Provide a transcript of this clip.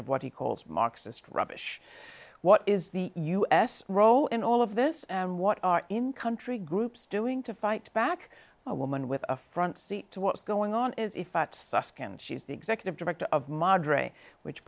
of what he calls marxist rubbish what is the u s role in all of this and what are in country groups doing to fight back a woman with a front seat to what's going on is if i can she's the executive director of madre which